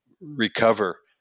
recover